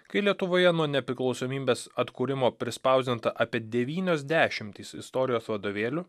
kai lietuvoje nuo nepriklausomybės atkūrimo prispausdinta apie devynios dešimtys istorijos vadovėlių